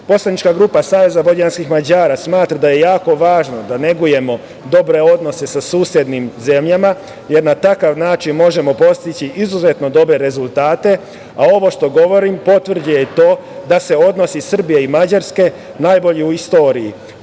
mere. Poslanička grupa SVM smatra da je jako važno da negujemo dobre odnose sa susednim zemljama, jer na takav način možemo postići izuzetno dobre rezultate, a ovo što govorim potvrđuje i to da su odnosi Srbije i Mađarske najbolji u istoriji. Posebno